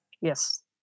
Yes